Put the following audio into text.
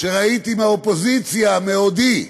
שראיתי מהאופוזיציה מעודי,